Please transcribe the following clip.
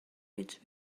each